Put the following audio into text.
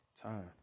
time